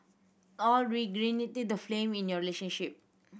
alway reignite the flame in your relationship